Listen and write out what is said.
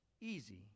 easy